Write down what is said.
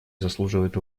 заслуживает